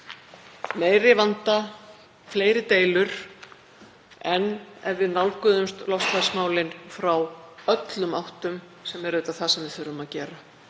meiri vanda og fleiri deilur en ef við nálguðumst loftslagsmálin úr öllum áttum, sem er auðvitað það sem við þurfum að gera.